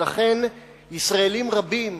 ולכן ישראלים רבים,